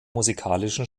musikalischen